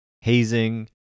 hazing